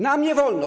Nam nie wolno.